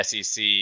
SEC